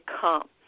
come